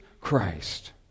Christ